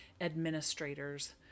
administrators